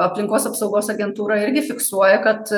aplinkos apsaugos agentūra irgi fiksuoja kad